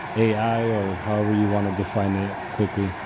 ai, or however you want to define it, quickly?